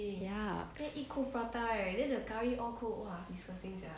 ya